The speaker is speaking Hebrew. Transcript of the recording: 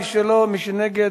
מי בעד, מי נגד?